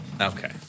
Okay